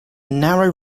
narrow